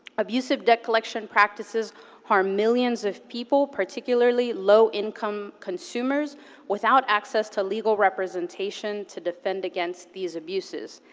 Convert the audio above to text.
abusive debt collection practices harm millions of people, particularly low-income consumers without access to legal representation to defend against these abuses,